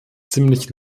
ziemlich